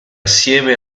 assieme